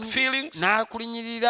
feelings